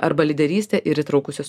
arba lyderystė ir įtraukusis